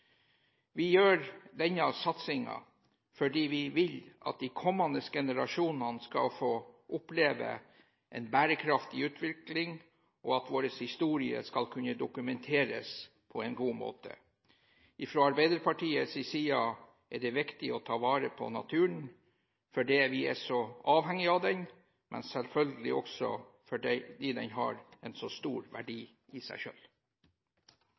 Vi gjør denne satsingen fordi vi vil at de kommende generasjoner skal få oppleve en bærekraftig utvikling, og at vår historie skal kunne dokumenteres på en god måte. Fra Arbeiderpartiets side er det viktig å ta vare på naturen fordi vi er så avhengig av den, men selvfølgelig også fordi den har en så stor verdi i seg